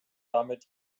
damit